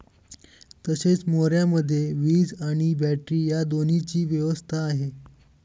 तसेच मोऱ्यामध्ये वीज आणि बॅटरी या दोन्हीची व्यवस्था आहे